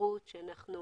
השירות שאנחנו